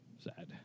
sad